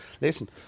listen